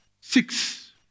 six